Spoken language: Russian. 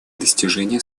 достижения